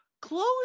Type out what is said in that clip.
Close